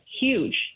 huge